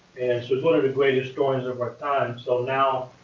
so he's one of the great historians of our time. so now,